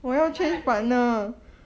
am I right to say that